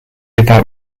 about